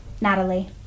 Natalie